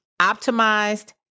optimized